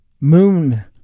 moon